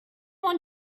want